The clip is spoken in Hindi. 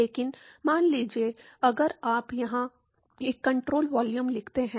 लेकिन मान लीजिए अगर आप यहां एक कंट्रोल वॉल्यूम लिखते हैं